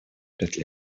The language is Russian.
пять